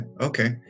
okay